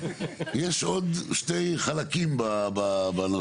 יש עוד שני חלקים בנושא הזה.